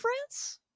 france